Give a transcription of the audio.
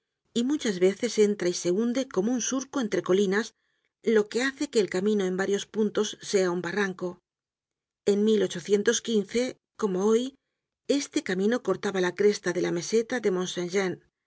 y muchas veces entra y se hunde como un surco entre colinas lo que hace que el camino en varios puntos sea un barranco en como hoy este camino cortaba la cresta de la meseta del